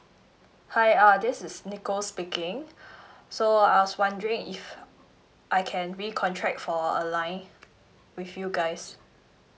hi uh this is nicole speaking so I was wondering if I can recontract for a line with you guys